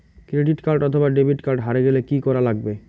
Credit card অথবা debit card হারে গেলে কি করা লাগবে?